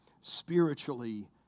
Spiritually